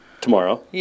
Tomorrow